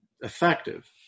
effective